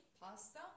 pasta